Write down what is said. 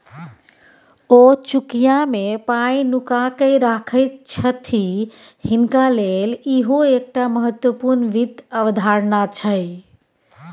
ओ चुकिया मे पाय नुकाकेँ राखय छथि हिनका लेल इहो एकटा महत्वपूर्ण वित्त अवधारणा छै